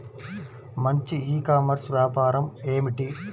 మంచి e commerce వ్యాపారం ఏమిటీ?